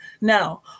Now